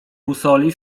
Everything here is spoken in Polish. busoli